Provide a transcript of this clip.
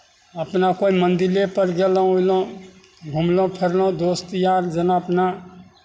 अपना कोइ मन्दिरेपर गेलहुँ अयलहुँ घुमलहुँ फिरलहुँ दोस्त यार जेना अपना